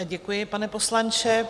Děkuji, pane poslanče.